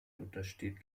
untersteht